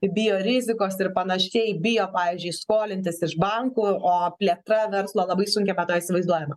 bijo rizikos ir panašiai bijo pavyzdžiui skolintis iš bankų o plėtra verslo labai sunkiai be to įsivaizduojama